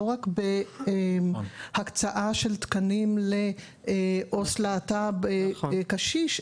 לא רק בהקצאה של תקנים לעובד סוציאלי להט"ב קשיש,